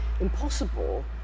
impossible